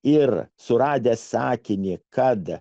ir suradęs sakinį kad